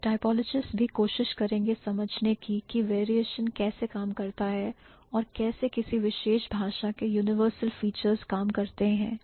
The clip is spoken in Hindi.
और typologists भी कोशिश करेंगे समझने की कि variation कैसे काम करता है और कैसे किसी विशेष भाषा के universal features काम करते हैं